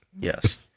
Yes